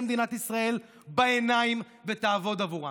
מדינת ישראל בעיניים ותעבוד בעבורם.